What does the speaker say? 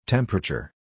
Temperature